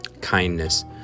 kindness